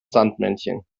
sandmännchen